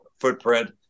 footprint